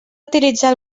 utilitzar